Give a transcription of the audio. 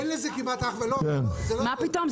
אין לזה כמעט אח ו --- מה פתאום,